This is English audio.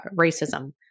racism